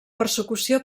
persecució